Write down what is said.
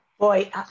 Boy